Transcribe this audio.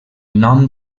nom